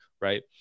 right